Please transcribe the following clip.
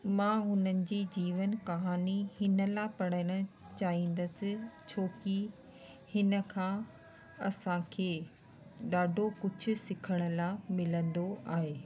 मां हुननि जी जीवन कहानी हिन लाइ पढ़ण चहींदसि छोकी हिन खां असांखे ॾाढो कुझु सिखण लाइ मिलंदो आहे